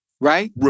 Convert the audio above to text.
right